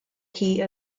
key